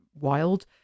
wild